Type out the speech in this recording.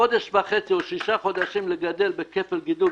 חודש וחצי או שישה חודשים לגדל בכפל גידול,